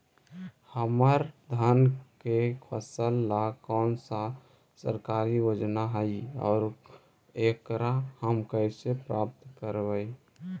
हमर धान के फ़सल ला कौन सा सरकारी योजना हई और एकरा हम कैसे प्राप्त करबई?